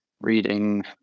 reading